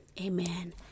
Amen